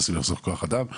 מנסים לחסוך בכוח אדם.